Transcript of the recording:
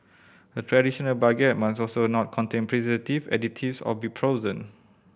a traditional baguette must also not contain preservative additives or be frozen